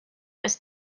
was